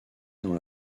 dans